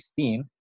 2016